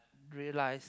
realized